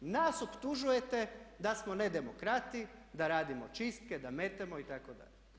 Nas optužujete da smo nedemokrati, da radimo čistke, da metemo itd.